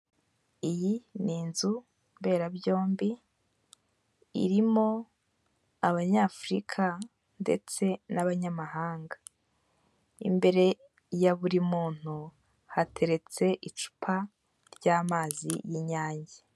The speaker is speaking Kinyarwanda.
Iyi ni inzu mberabyombi, irimo abanyafurika ndetse n'abanyamahanga. Imbere ya buri muntu, hateretse icupa ry'amazi y'Inyange.